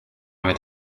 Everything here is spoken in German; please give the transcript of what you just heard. mit